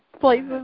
places